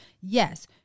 Yes